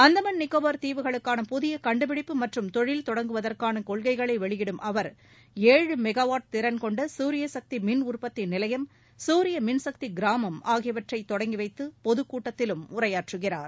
அந்தமான் நிகோபார் தீவுகளுக்கான புதிய கண்டுபிடிப்பு மற்றும் தொழில் தொடங்குவதற்கான கொள்கைகளை வெளியிடும் அவர் ஏழு மெகாவாட் திறன் கொண்ட சூரியசக்தி மின் உற்பத்தி நிலையம் சசூரிய மின்சக்தி கிராமம் ஆகியவற்றை தொடங்கி வைத்து பொதுக்கூட்டத்திலும் உரையாற்றுகிறார்